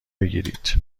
بگیرید